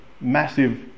massive